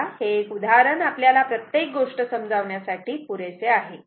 तेव्हा हे एक उदाहरण आपल्याला प्रत्येक गोष्ट समजावण्यासाठी पुरेसे आहे